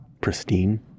pristine